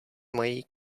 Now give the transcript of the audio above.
mají